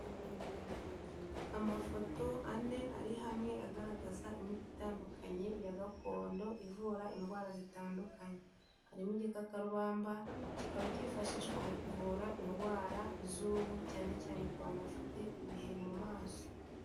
Amafoto ane ari hamwe agaragaza imiti itandukanye ya gakondo ivura indwara zitandukanye, harimo igikakarubamba kikaba cyifashishwa mu kuvura indwara z'uruhu cyane cyane ku bantu bafite ibiheri mu maso.